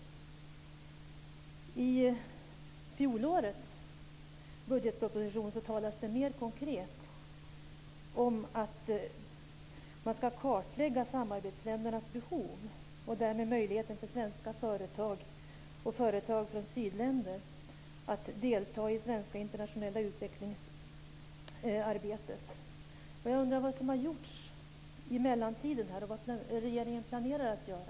I fjolårets budgetproposition talas det mer konkret om att man ska kartlägga samarbetsländernas behov och därmed möjligheterna för svenska företag och företag från sydländer att delta i det svenska internationella utvecklingsarbetet. Jag undrar vad som har gjorts under mellantiden och vad regeringen planerar att göra.